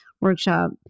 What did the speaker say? workshop